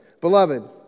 Beloved